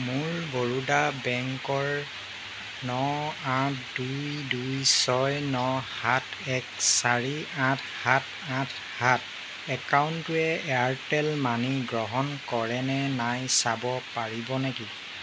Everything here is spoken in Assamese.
মোৰ বৰোদা বেংকৰ ন আঠ দুই দুই ছয় ন সাত এক চাৰি আঠ সাত আঠ সাত একাউণ্টটোৱে এয়াৰটেল মানি গ্ৰহণ কৰে নে নাই চাব পাৰিব নেকি